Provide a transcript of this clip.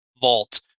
Vault